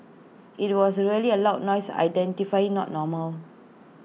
IT was A really A loud noise identify not normal